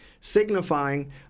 signifying